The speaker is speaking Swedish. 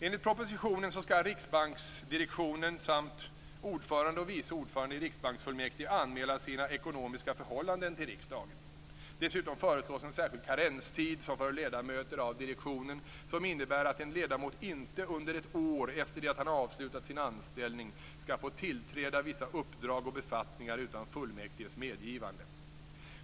Enligt propositionen skall riksbanksdirektionen samt ordförande och vice ordförande i riksbanksfullmäktige anmäla sina ekonomiska förhållanden till riksdagen. Dessutom föreslås en särskild karenstid för ledamöter av direktionen som innebär att en ledamot inte under ett år efter det att han avslutat sin anställning skall få tillträda vissa uppdrag och befattningar utan fullmäktiges medgivande.